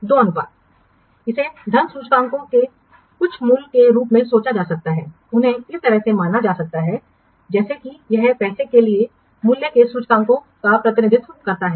दो अनुपात उन्हें धन सूचकांकों के कुछ मूल्य के रूप में सोचा जा सकता है उन्हें इस तरह से माना जा सकता है जैसे कि यह पैसे के लिए मूल्य के सूचकांकों का प्रतिनिधित्व करता है